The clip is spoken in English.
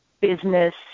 business